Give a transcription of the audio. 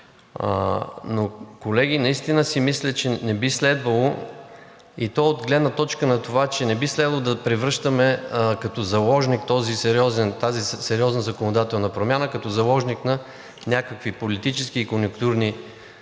Но, колеги, мисля си, че не би следвало, и то от гледна точка на това, че не би следвало да превръщаме тази сериозна законодателна промяна като заложник на някакви политически и конюнктурни причини